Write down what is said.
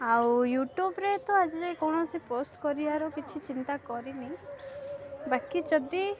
ଆଉ ୟୁଟ୍ୟୁବରେ ତ ଆଜି ଯାଏ କୌଣସି ପୋଷ୍ଟ କରିବାର କିଛି ଚିନ୍ତା କରିନି ବାକି ଯଦି